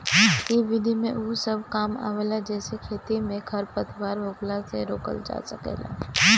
इ विधि में उ सब काम आवेला जेसे खेत में खरपतवार होखला से रोकल जा सके